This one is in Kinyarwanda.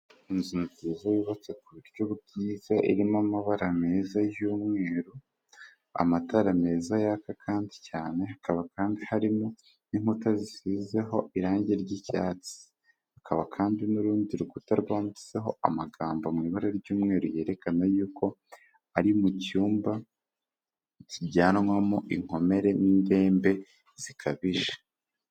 Inzu nzizazo yubatse ku buryo bwiza irimo amabara meza y'umweru amatara meza yaka kandi cyane hakaba kandi harimo inkuta zisizeho irangi ry'icyatsi hakaba kandi n'urundi rukuta rwanditseho amagambo mu ibara ry'umweru yerekana yuko ari mucmba kijyanwamo inkomere n'indembe zikabije.